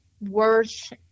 worth